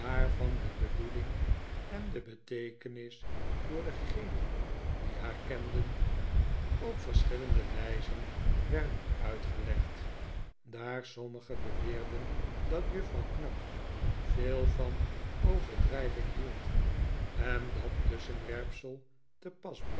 de bedoeling en de beteekenis door degenen die haar kenden op verschillende wijzen werden uitgelegd daar sommigen beweerden dat juffrouw knag veel van overdrijving hield en dat tusschenwerpsel